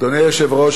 אדוני היושב-ראש,